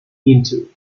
into